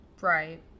Right